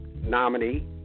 nominee